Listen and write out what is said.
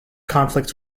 conflicts